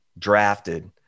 Drafted